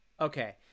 okay